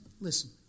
listen